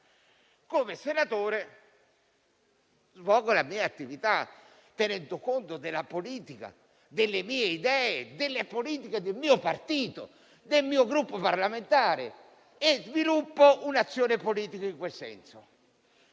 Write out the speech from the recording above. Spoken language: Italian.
Come senatore, svolgo la mia attività tenendo conto della politica, delle mie idee, delle politiche del mio partito, del mio Gruppo parlamentare e sviluppo un'azione politica in quel senso.